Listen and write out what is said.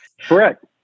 Correct